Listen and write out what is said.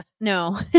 no